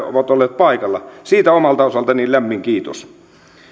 ovat olleet paikalla siitä omalta osaltani lämmin kiitos